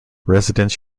residents